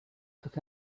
took